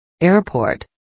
Airport